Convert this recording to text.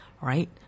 right